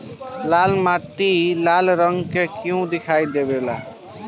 लाल मीट्टी लाल रंग का क्यो दीखाई देबे?